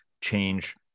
change